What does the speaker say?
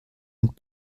und